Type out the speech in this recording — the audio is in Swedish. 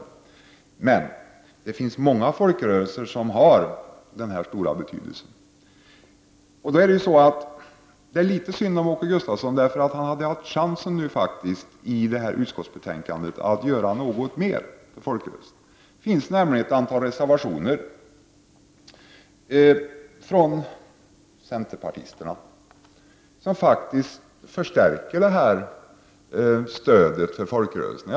Det finns emellertid många folkrörelser som har stor betydelse. Det är litet synd om Åke Gustavsson, eftersom han nu faktiskt hade haft chansen att i det här utskottsbetänkandet göra litet mer för folkrörelserna. Det finns nämligen ett antal reservationer från centerpartisterna, reservationer som faktiskt syftar till en ökning av stödet till folkrörelserna.